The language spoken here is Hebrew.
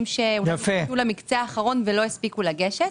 שהוכנסו למקצה האחרון ולא הספיקו לגשת.